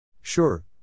Sure